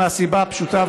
מהסיבה הפשוטה,